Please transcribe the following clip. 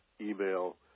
email